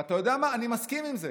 ואתה יודע מה, אני מסכים עם זה.